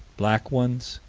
black ones,